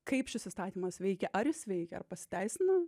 kaip šis įstatymas veikia ar jis veikia ar pasiteisina